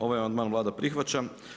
Ovaj amandman Vlada prihvaća.